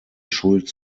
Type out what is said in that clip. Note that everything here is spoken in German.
schuld